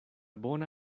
bona